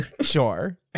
Sure